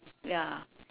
ya